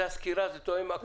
זאת הסקירה וזה תואם.